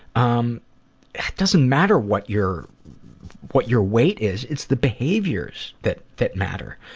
um doesn't matter what your what your weight is it's the behaviors that that matter.